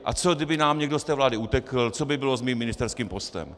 A co kdyby nám někdo z té vlády utekl, co by bylo s mým ministerským postem?